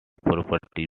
property